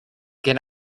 get